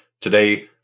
today